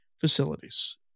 facilities